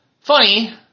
Funny